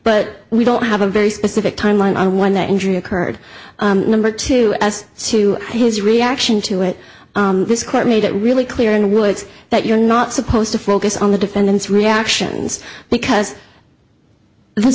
but we don't have a very specific timeline i won that injury occurred number two as to his reaction to it this court made it really clear and woods that you're not supposed to focus on the defendant's reactions because the